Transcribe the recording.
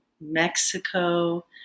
mexico